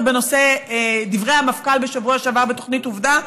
בנושא דברי המפכ"ל בשבוע שעבר בתוכנית עובדה.